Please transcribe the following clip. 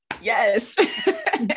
Yes